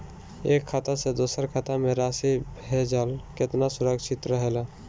एक खाता से दूसर खाता में राशि भेजल केतना सुरक्षित रहेला?